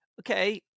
okay